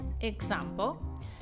Example